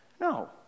No